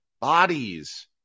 bodies